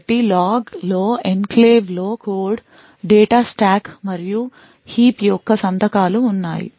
కాబట్టి లాగ్లో ఎన్క్లేవ్ లో కోడ్ డేటా స్టాక్ మరియు కుప్ప యొక్క సంతకాలు ఉన్నాయి